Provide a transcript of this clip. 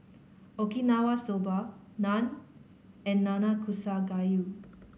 Okinawa Soba Naan and Nanakusa Gayu